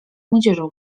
młodzieżą